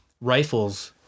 rifles